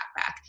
backpack